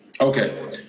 Okay